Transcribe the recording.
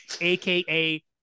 AKA